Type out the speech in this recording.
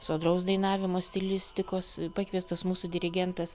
sodraus dainavimo stilistikos pakviestas mūsų dirigentas